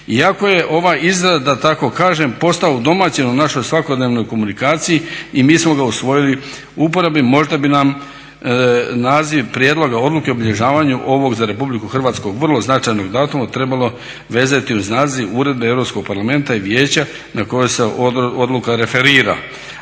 Iako je ova izraz da tako kažem postao udomaćen u našoj svakodnevnoj komunikaciji i mi smo ga usvojili u uporabi. Možda bi nam naziv prijedloga odluke o obilježavanju ovog za Republiku Hrvatsku vrlo značajnog datuma trebalo vezati uz naziv uredbe Europskog parlamenta i Vijeća na koju se odluka referira